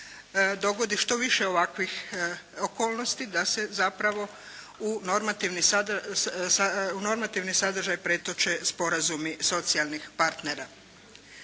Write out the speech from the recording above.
dogodi što više ovakvih okolnosti da se zapravo u normativni sadržaj pretoče sporazumi socijalnih partnera.